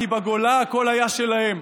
כי בגולה הכול היה שלהם: